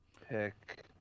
pick